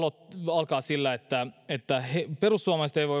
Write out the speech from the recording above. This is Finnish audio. alkaa sillä että että perussuomalaiset